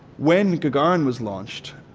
when gagarin was launched